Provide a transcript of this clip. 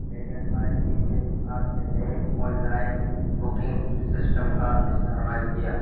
میں نے حال ہی میں آپ کے نئے آنلائن بکنگ سسٹم کا استعمال کیا